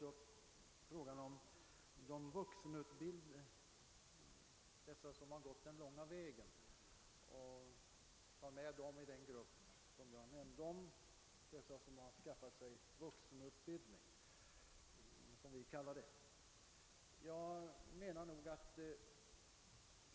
Statsrådet Löfberg tog sedan upp frågan beträffande dem som har gått >den långa vägen» — och på det sättet skaffat sig vuxenutbildning.